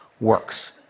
works